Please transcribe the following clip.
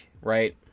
right